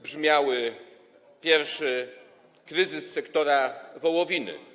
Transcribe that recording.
brzmiały: pierwszy, kryzys sektora wołowiny.